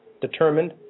determined